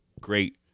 great